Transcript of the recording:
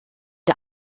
der